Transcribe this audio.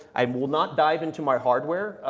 i um will not dive into my hardware.